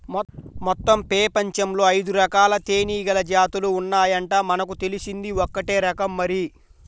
మొత్తం పెపంచంలో ఐదురకాల తేనీగల జాతులు ఉన్నాయంట, మనకు తెలిసింది ఒక్కటే రకం మరి